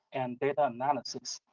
and data analysis.